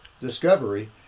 discovery